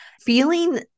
feeling